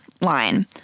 line